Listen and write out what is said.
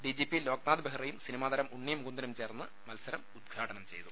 ഡ്വിജിപി ലോക്നാഥ് ബെഹ്റയും സിനിമാതാരം ഉണ്ണി മുകുന്ദനും ച്ചേർന്ന് മത്സരം ഉദ്ഘാടനം ചെയ്തു